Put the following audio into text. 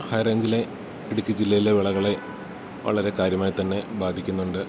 high റേഞ്ചിലെ ഇടുക്കി ജില്ലയിലെ വിളകളെ വളരെ കാര്യമായിത്തന്നെ ബാധിക്കുന്നുണ്ട്